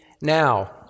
Now